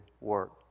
work